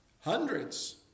Hundreds